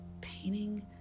painting